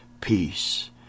peace